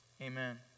amen